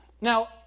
Now